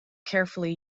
carefully